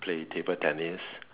play table tennis